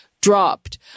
dropped